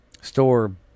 store